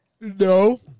no